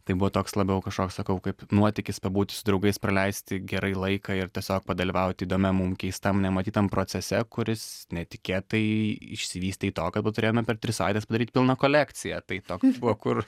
tai buvo toks labiau kažkoks sakau kaip nuotykis pabūti su draugais praleisti gerai laiką ir tiesiog padalyvaut įdomiam mum keistam nematytam procese kuris netikėtai išsivystė į to kad turėjome per tris savaites padaryt pilną kolekciją tai toks buvo kur